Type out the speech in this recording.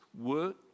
work